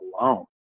alone